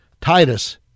Titus